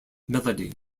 melody